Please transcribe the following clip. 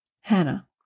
Hannah